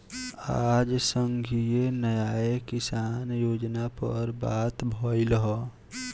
आज संघीय न्याय किसान योजना पर बात भईल ह